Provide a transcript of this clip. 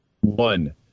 One